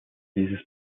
dieses